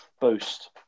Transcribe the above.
boost